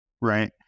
right